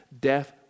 death